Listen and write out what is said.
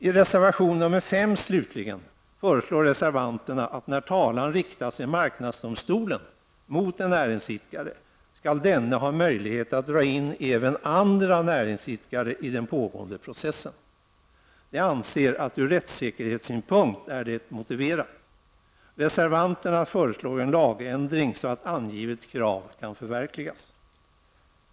I reservation nr 5 föreslår slutligen reservanterna att när talan riktas i marknadsdomstolen mot en näringsidkare skall denne ha möjlighet att dra in även andra näringsidkare i den pågående processen. De anser att det ur rättsäkerhetssynpunkt är motiverat. Reservanterna föreslår en lagändring så att angivet krav kan förverkligas.